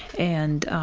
and,